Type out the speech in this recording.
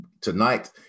tonight